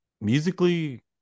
musically